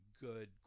good